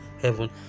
heaven